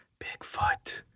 Bigfoot